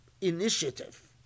initiative